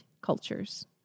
cultures